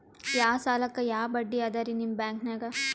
ಯಾ ಸಾಲಕ್ಕ ಯಾ ಬಡ್ಡಿ ಅದರಿ ನಿಮ್ಮ ಬ್ಯಾಂಕನಾಗ?